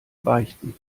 beichten